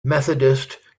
methodist